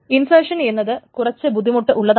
insertion എന്നത് കുറച്ച് ബുദ്ധിമുട്ട് ഉള്ളതാണ്